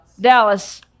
Dallas